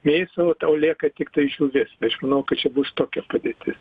mėsą o tau lieka tiktai žuvis tai aš manau kad čia bus tokia padėtis